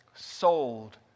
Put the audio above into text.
Sold